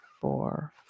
four